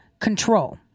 control